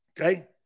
okay